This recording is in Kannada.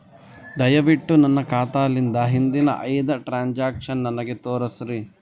ದಯವಿಟ್ಟು ನನ್ನ ಖಾತಾಲಿಂದ ಹಿಂದಿನ ಐದ ಟ್ರಾಂಜಾಕ್ಷನ್ ನನಗ ತೋರಸ್ರಿ